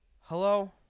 Hello